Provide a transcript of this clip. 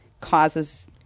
causes